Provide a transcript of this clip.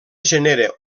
genera